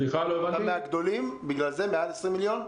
אתה מהגדולים, מעל 20 מיליון?